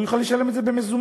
הוא יוכל לשלם את זה במזומן.